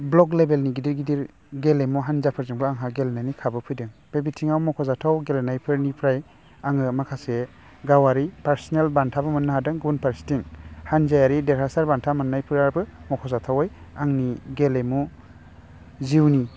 block लेबेलनि गिदिर गिदिर गेलेमु हानजाफोरजोंबो आंहा गेलेनायनि खाबु फैदों बे बिथिंआव मख'जाथाव गेलेनायफोरनिफ्राय आङो माखासे गावारि पारसनेल बान्थाबो मोन्नो हादों गुबुन फारसेथिं हानजायारि देरहासार बान्था मोन्नोफोराबो मख'जाथावै आंनि गेलेमु जिउनि